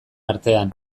artean